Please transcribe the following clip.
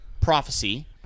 prophecy